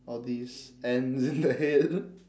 all these and then the head